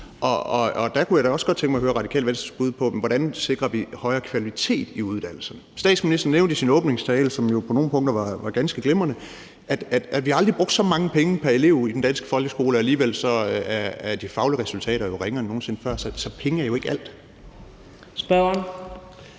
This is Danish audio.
Der kunne jeg da også godt tænke mig at høre Radikale Venstres bud på, hvordan vi sikrer højere kvalitet i uddannelserne. Statsministeren nævnte i sin åbningstale, som jo på nogle punkter var ganske glimrende, at vi aldrig har brugt så mange penge pr. elev i den danske folkeskole, og alligevel er de faglige resultater jo ringere end nogen sinde før. Så penge er jo ikke alt. Kl.